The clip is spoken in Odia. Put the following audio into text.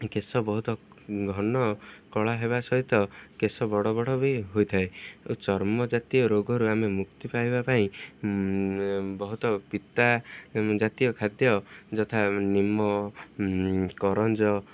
କେଶ ବହୁତ ଘନ କଳା ହେବା ସହିତ କେଶ ବଡ଼ ବଡ଼ ବି ହୋଇଥାଏ ଓ ଚର୍ମ ଜାତୀୟ ରୋଗରୁ ଆମେ ମୁକ୍ତି ପାଇବା ପାଇଁ ବହୁତ ପିତା ଜାତୀୟ ଖାଦ୍ୟ ଯଥା ନିମ କରଞ୍ଜ